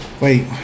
Wait